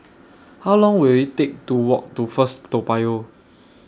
How Long Will IT Take to Walk to First Toa Payoh